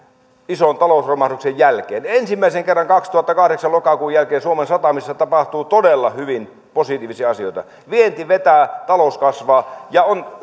ison talousromahduksen jälkeen ensimmäisen kerran lokakuun kaksituhattakahdeksan jälkeen suomen satamissa tapahtuu todella hyvin positiivisia asioita vienti vetää talous kasvaa ja